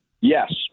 Yes